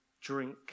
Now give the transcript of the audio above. drink